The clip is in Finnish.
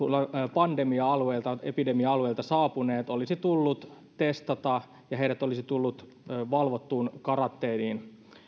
pandemia alueelta epidemia alueelta saapuneet olisi tullut testata ja heidät olisi tullut valvottuun karanteeniin